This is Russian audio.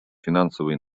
финансовой